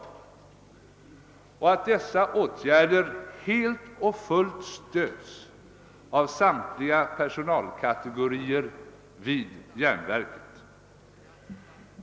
Och därtill att dessa åtgärder stöds helt och fullt av samtliga personalkatgorier vid järnverket.